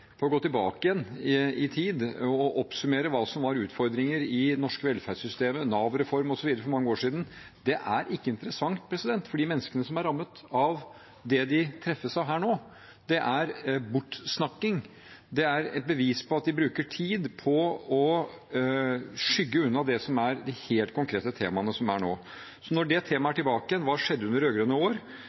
å gå tilbake igjen i tid og oppsummere hva som for mange år siden var utfordringer i det norske velferdssystemet, Nav-reform osv. Det er ikke interessant for de menneskene som er rammet av det de treffes av her nå. Det er bortsnakking, det er et bevis på at man bruker tid på å skygge unna det som er de helt konkrete temaene nå. Så når det temaet er tilbake igjen – hva som skjedde under rød-grønne år